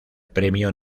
premio